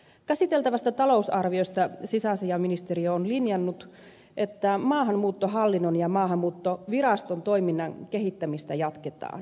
käsiteltävästä talousarviosta sisäasiainministeriö on linjannut että maahanmuuttohallinnon ja maahanmuuttoviraston toiminnan kehittämistä jatketaan